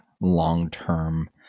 long-term